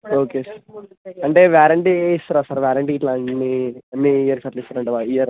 okay sir అంటే warranty ఇస్తారా sir warranty గిట్ల ఇన్ని ఇన్ని ఇయర్స్ అట్లా ఇస్తారు అంటావా ఇయర్